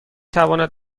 تواند